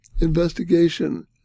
investigation